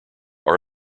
are